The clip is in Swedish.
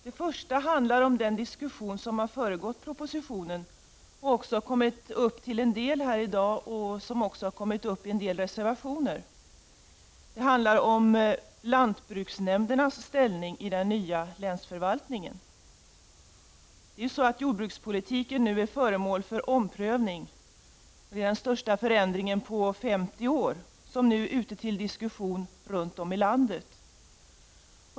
Den första handlar om den diskussion som har föregått propositionen och som också till en del har tagits upp här i dag och i vissa reservationer. Det handlar om lantbruksnämndernas ställning i den nya länsförvaltningen. Jordbrukspolitiken är nu föremål för omprövning. Det är den största förändringen på 50 år. Denna fråga är nu föremål för diskussioner runt om i landet.